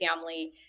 family